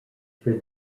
for